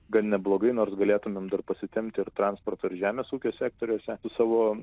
gan neblogai nors galėtumėm dar pasitempti ir transporto ir žemės ūkio sektoriuose su savo